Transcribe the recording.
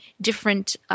different